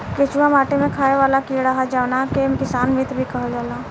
केचुआ माटी में खाएं वाला कीड़ा ह जावना के किसान मित्र भी कहल जाला